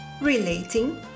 Relating